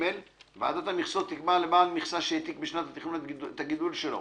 ועדת המכסות תקבע לבעל מכסה שהעתיק בשנת התכנון את הגידול שלו